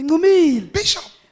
Bishop